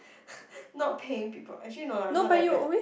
not paying people actually no lah I'm not that bad